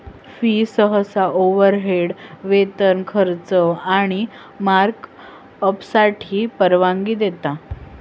fee सहसा overhead, वेतन, खर्च आणि मार्कअपसाठी परवानगी देता